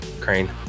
Crane